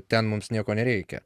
ten mums nieko nereikia